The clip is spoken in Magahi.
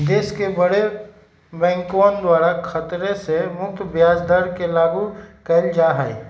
देश के बडे बैंकवन के द्वारा खतरे से मुक्त ब्याज दर के लागू कइल जा हई